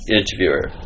interviewer